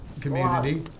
community